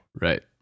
Right